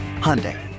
Hyundai